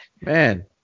man